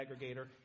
aggregator